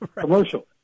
commercial